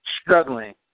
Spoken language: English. struggling